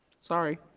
Sorry